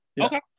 Okay